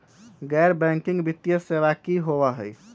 गैर बैकिंग वित्तीय सेवा की होअ हई?